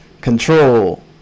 Control